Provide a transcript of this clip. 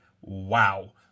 Wow